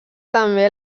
també